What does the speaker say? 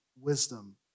wisdom